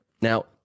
Now